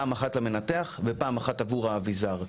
פעם אחת למנתח ופעם אחת עבור האביזר.